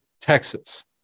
Texas